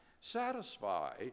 satisfy